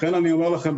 לכן אני אומר לכם,